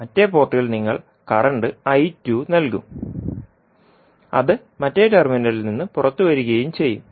മറ്റേ പോർട്ടിൽ നിങ്ങൾ കറന്റ് നൽകും അത് മറ്റേ ടെർമിനലിൽ നിന്ന് പുറത്തുവരികയും ചെയ്യും